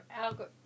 algorithm